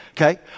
okay